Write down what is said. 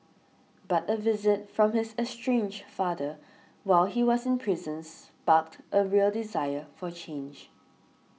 but a visit from his estranged father while he was in prisons barked a real desire for change